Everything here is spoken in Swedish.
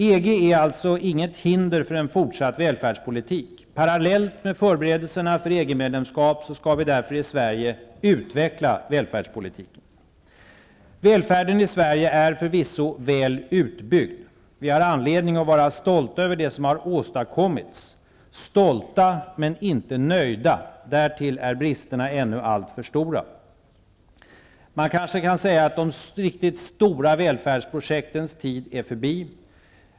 EG är alltså inget hinder för en fortsatt välfärdspolitik. Parallellt med förberedelserna för EG-medlemskap skall vi därför i Sverige utveckla välfärdspolitiken. Välfärden i Sverige är förvisso väl utbyggd. Vi har anledning att vara stolta över det som har åstadkommits -- stolta, men inte nöjda. Därtill är bristerna ännu alltför stora. Man kanske kan säga att de riktigt stora välfärdsprojektens tid är förbi.